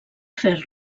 fer